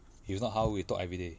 if not how we talk everyday